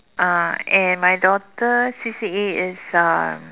uh and my daughter C_C_A is um